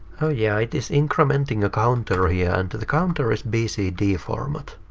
oh yeah, it is incrementing a counter here. and the counter is bcd format.